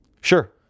sure